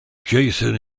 jacen